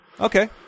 okay